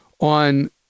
on